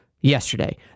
yesterday